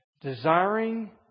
desiring